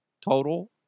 Total